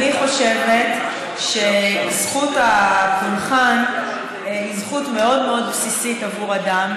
אני חושבת שזכות הפולחן היא זכות מאוד מאוד בסיסית בעבור אדם.